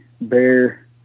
bear